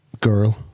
Girl